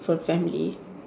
for family